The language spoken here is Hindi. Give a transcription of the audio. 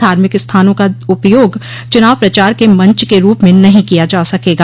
धार्मिक स्थानों का उपयोग चुनाव प्रचार के मंच के रूप में नहीं किया जा सकेंगा